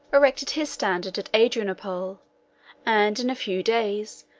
erected his standard at adrianople and, in a few days,